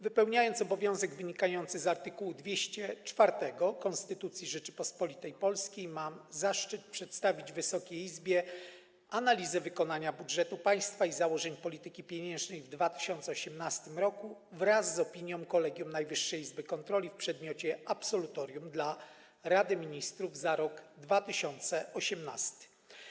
Wypełniając obowiązek wynikający z art. 204 Konstytucji Rzeczypospolitej Polskiej, mam zaszczyt przedstawić Wysokiej Izbie analizę wykonania budżetu państwa i założeń polityki pieniężnej w 2018 r. wraz z opinią Kolegium Najwyższej Izby Kontroli w przedmiocie absolutorium dla Rady Ministrów za rok 2018.